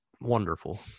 wonderful